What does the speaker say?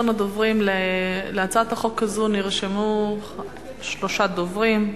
להצעת החוק הזאת נרשמו שלושה דוברים.